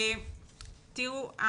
תראו,